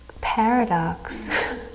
paradox